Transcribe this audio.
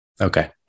Okay